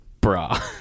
bra